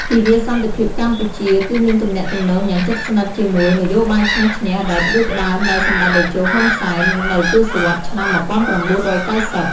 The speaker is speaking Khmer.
ទិវាសន្តិភាពកម្ពុជា គឺមានទំនាក់ទំនងយ៉ាងជិតស្និទ្ធជាមួយ នយោបាយឈ្នះ-ឈ្នះ ដែលផ្ដួចផ្ដើមដោយសម្ដេចតេជោ ហ៊ុន សែន នៅទសវត្សរ៍ឆ្នាំ ១៩៩០។